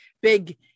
big